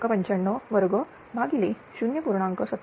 95 वर्ग भागिले 0